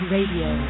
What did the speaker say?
Radio